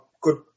good